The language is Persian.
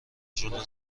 جلو